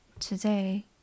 Today